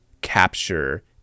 capture